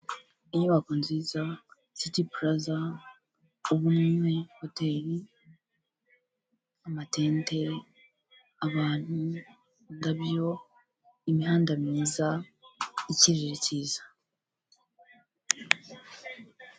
Inyubako nziza sitipulaza ubu ni muri hoteri amatente, abantu indabyo, imihanda myiza ikirere kiza.